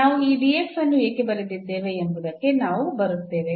ನಾವು ಈ ಅನ್ನು ಏಕೆ ಬರೆದಿದ್ದೇವೆ ಎಂಬುದಕ್ಕೆ ನಾವು ಬರುತ್ತೇವೆ